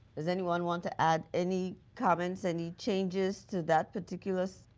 does anyone want to add any comments any changes to that particular